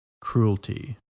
cruelty